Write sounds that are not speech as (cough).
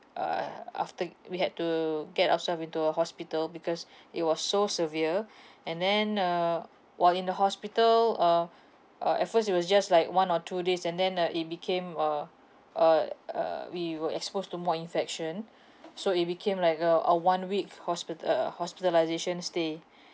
uh after we had to get ourselves into a hospital because (breath) it was so severe (breath) and then uh while in the hospital uh uh at first it was just like one or two days and then uh it became uh uh uh we were exposed to more infection (breath) so it became like uh a one week hospital uh uh hospitalisation stay